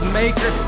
maker